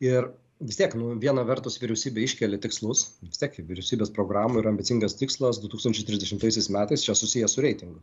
ir vis tiek nu viena vertus vyriausybė iškelia tikslus vis tiek vyriausybės programoj yra ambicingas tikslas du tūkstančiai trisdešimtaisiais metais čia susiję su reitingu